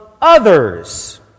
others